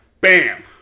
Bam